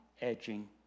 edging